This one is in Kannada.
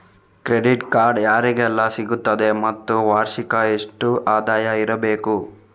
ಕ್ರೆಡಿಟ್ ಕಾರ್ಡ್ ಯಾರಿಗೆಲ್ಲ ಸಿಗುತ್ತದೆ ಮತ್ತು ವಾರ್ಷಿಕ ಎಷ್ಟು ಆದಾಯ ಇರಬೇಕು?